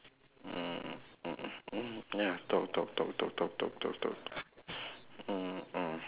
mm mm ya talk talk talk talk talk talk talk talk mm